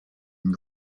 une